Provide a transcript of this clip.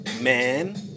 Man